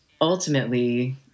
Ultimately